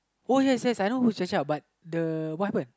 oh yes yes I know who's Chacha but the what happened